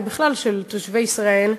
ובכלל של תושבי ישראל,